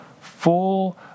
full